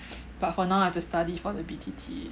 but for now I have to study for the B_T_T